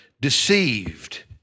deceived